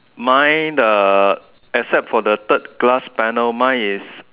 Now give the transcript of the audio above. mine uh except for the third glass panel mine is